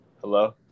Hello